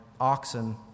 oxen